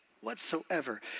whatsoever